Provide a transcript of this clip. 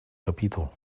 capítol